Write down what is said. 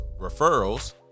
referrals